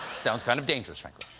sounds kind of dangerous.